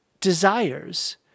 desires